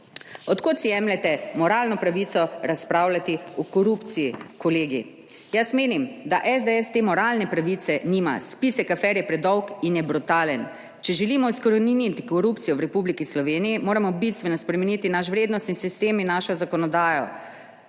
Od kod si jemljete moralno pravico razpravljati o korupciji, kolegi? Jaz menim, da SDS te moralne pravice nima. Spisek afer je predolg in je brutalen. Če želimo izkoreniniti korupcijo v Republiki Sloveniji, moramo bistveno spremeniti naš vrednostni sistem in našo zakonodajo.